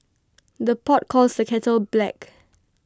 the pot calls the kettle black